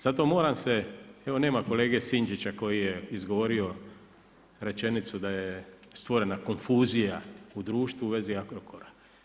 Zato moram se evo, nema kolege Sinčića koji je izgovorio rečenicu da je stvorena konfuzija u društvu u vezi Agrokora.